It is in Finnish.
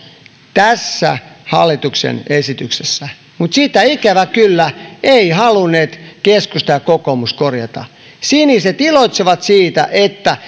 tässä hallituksen esityksessä mutta sitä ikävä kyllä eivät halunneet keskusta ja kokoomus korjata siniset iloitsevat siitä että